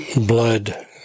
blood